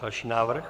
Další návrh?